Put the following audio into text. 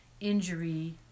injury